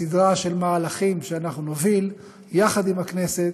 מסדרה של מהלכים שאנחנו נוביל, יחד עם הכנסת,